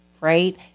right